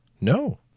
No